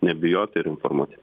nebijot ir informuoti